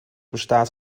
bestaat